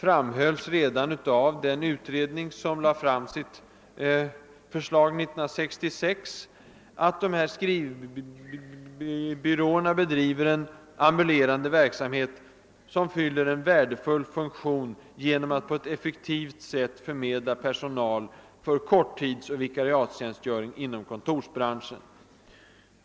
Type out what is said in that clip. Redan den utredning, som lade fram sitt förslag år 1966, framhöll att dessa skrivbyråer bedriver en »ambulerande verksamhet som fyller en värdefull funktion genom att på ett effektivt sätt förmedla personal för korttidsoch vikariatstjänstgöring inom kontorsbranschen«.